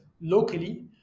locally